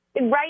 Right